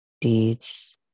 deeds